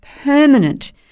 permanent